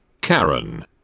Karen